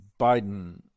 Biden